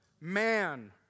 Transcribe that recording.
man